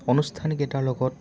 অনুষ্ঠানকেইটাৰ লগত